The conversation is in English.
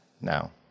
now